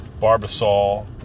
Barbasol